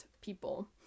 people